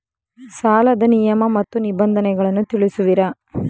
ಸಾಲದ ನಿಯಮ ಮತ್ತು ನಿಬಂಧನೆಗಳನ್ನು ತಿಳಿಸುವಿರಾ?